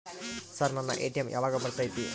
Sir ನನ್ನ ATM ಯಾವಾಗ ಬರತೈತಿ?